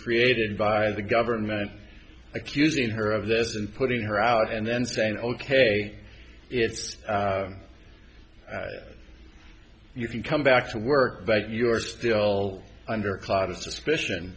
created by the government accusing her of this and putting her out and then saying ok if you can come back to work but you're still under a cloud of suspicion